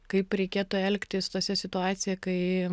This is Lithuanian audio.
kaip reikėtų elgtis tose situacija kai